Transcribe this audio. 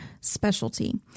specialty